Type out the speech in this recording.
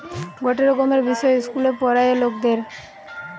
গটে রকমের বিষয় ইস্কুলে পোড়ায়ে লকদের